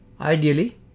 Ideally